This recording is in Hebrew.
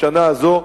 בשנה הזו,